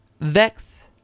VEX